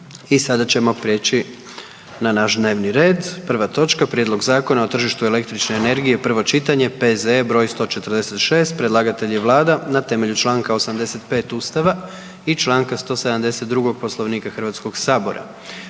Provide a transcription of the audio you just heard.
i sada ćemo prijeći na naš dnevni red, prva točka. Prijedlog Zakona o tržištu električne energije, prvo čitanje, P.Z.E. broj 146 Predlagatelj je Vlada na temelju Članka 85. Ustava i Članka 172. Poslovnika Hrvatskog sabora.